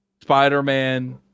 Spider-Man